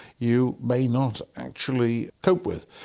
you may not actually cope with.